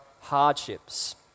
hardships